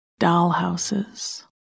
dollhouses